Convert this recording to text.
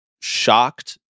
shocked